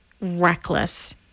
reckless